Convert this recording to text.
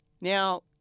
Now